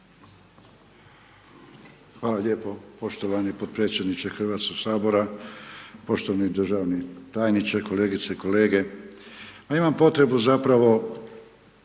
Hvala lijepo poštovani potpredsjedniče HS-a. Poštovani državni tajniče, kolegice i kolege, ja imam potrebu zapravo